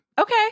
Okay